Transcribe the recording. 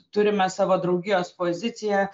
turime savo draugijos poziciją